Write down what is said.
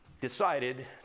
decided